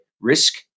risk